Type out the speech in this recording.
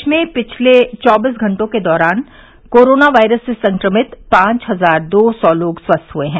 देश में पिछले चौबीस घंटों के दौरान कोरोना वायरस से संक्रमित पांच हजार दो सौ लोग स्वस्थ हुए हैं